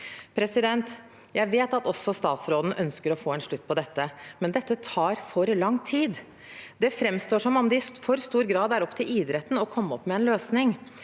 og unge. Jeg vet at også statsråden ønsker å få en slutt på dette, men det tar for lang tid. Det framstår som om det i for stor grad er opp til idretten å komme opp med en løsning.